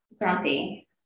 grumpy